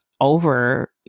over